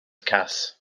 cas